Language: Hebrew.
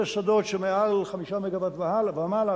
שזה שדות של מעל 5 מגוואט ומעלה,